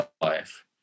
life